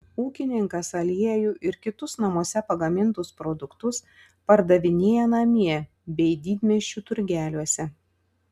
ūkininkas aliejų ir kitus namuose pagamintus produktus pardavinėja namie bei didmiesčių turgeliuose